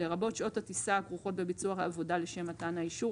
לרבות שעות הטיסה הכרוכות בביצוע העבודה לשם מתן האישור,